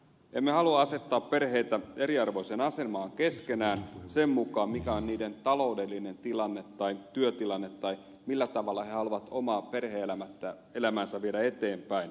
emme halua asettaa perheitä eriarvoiseen asemaan keskenään sen mukaan mikä on niiden taloudellinen tai työtilanne tai millä tavalla he haluavat omaa perhe elämäänsä viedä eteenpäin